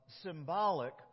symbolic